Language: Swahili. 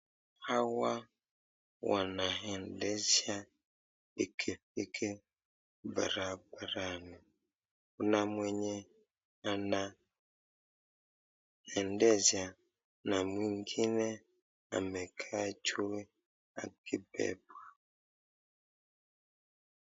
Hawa wanendesha pikipiki barabarani, kuna mwenye anaendesha na mwengine amekaa juu akibebwa.